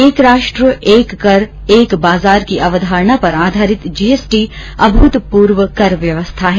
एक राष्ट्र एक कर एक बाजार की अवधारणा पर आधारित जीएसटी अभूतपूर्व कर व्यवस्था है